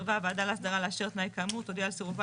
סירבה הוועדה להסדרה לאשר תנאי כאמור תודיעה על סירובה